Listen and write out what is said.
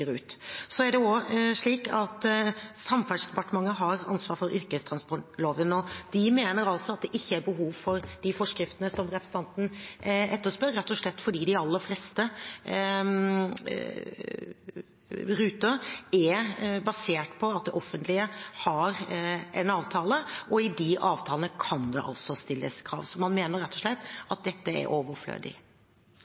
ut. Det er også slik at Samferdselsdepartementet har ansvar for yrkestransportloven, og de mener altså at det ikke er behov for de forskriftene som representanten Nordlund etterspør – rett og slett fordi de aller fleste ruter er basert på at det offentlige har en avtale, og i de avtalene kan det altså stilles krav. Man mener rett og slett